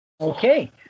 Okay